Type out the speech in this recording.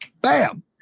Bam